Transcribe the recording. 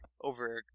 over